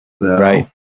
Right